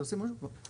אז